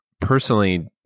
personally